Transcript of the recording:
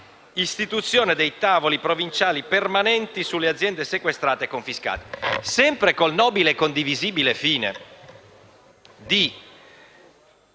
(istituzione dei tavoli provinciali permanenti sulle aziende sequestrate e confiscate). Sempre con il nobile e condivisibile fine di